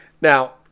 now